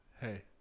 hey